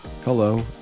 Hello